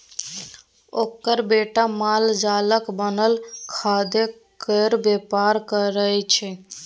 ओकर बेटा मालजालक बनल खादकेर बेपार करय छै